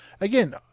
again